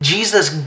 Jesus